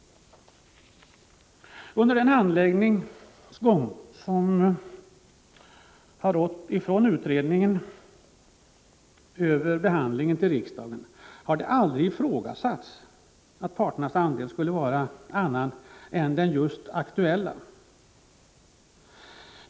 Under handläggningens gång har det varken i utredningen, inom utskottet eller vid behandlingen i riksdagen ifrågasatts att parternas andel skulle vara annan än just den aktuella.